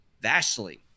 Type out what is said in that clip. vastly